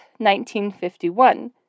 1951